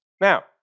Now